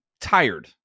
tired